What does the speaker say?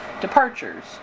departures